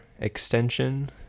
extension